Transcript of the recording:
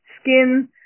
skin